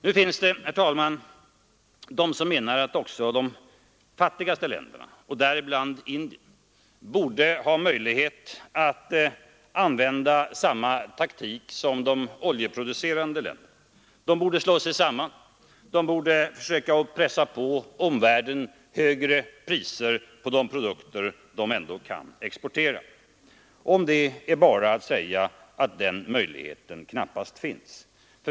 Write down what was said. Nu finns det, herr talman, de som menar att också de fattiga länderna — däribland Indien — borde ha möjlighet att använda samma taktik som de oljeproducerande länderna. De borde slå sig samman och försöka pressa på omvärlden högre priser på de produkter de kan exportera. Om detta är bara att säga att den möjligheten knappast finns.